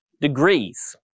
degrees